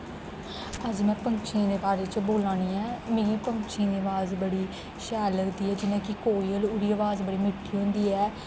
अज्ज में पंक्षियें दे बारे च बोला नी ऐ मिगी पंक्षियें दा अवाज़ बड़ी शैल लगदी ऐ जियां कि कोयल ओह्दी अवाज़ बड़ी मिट्ठी होंदी ऐ